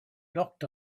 knocked